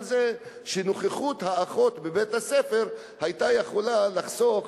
זה שנוכחות האחות בבית-הספר היתה יכולה לחסוך